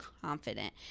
confident